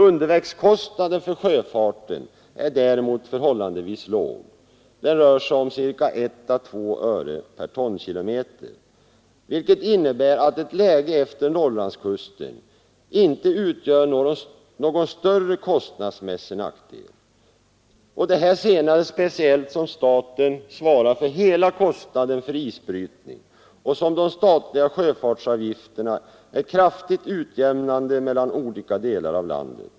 Undervägskostnaden för sjöfarten är däremot förhållandevis låg — 1 å 2 öre per tonkilometer — vilket innebär att ett läge vid Norrlandskusten inte utgör någon större kostnadsmässig nackdel, speciellt som staten svarar för hela kostnaden för isbrytning och som de statliga sjöfartsavgifterna verkar kraftigt utjämnande mellan olika delar av landet.